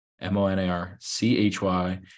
M-O-N-A-R-C-H-Y